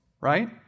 right